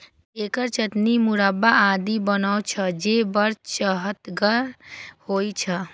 एकर चटनी, मुरब्बा आदि बनै छै, जे बड़ चहटगर होइ छै